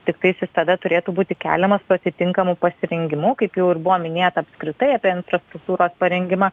tiktai tada turėtų būti keliamas su atitinkamu pasirengimu kaip jau ir buvo minėta apskritai apie infrastruktūros parengimą